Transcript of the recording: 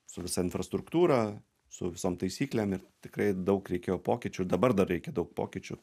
su visa infrastruktūra su visom taisyklėm ir tikrai daug reikėjo pokyčių dabar dar reikia daug pokyčių